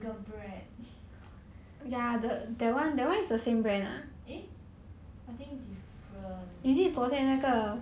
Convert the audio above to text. ya got the 面 got the peanut then got the yogurt drink then got the yogurt bread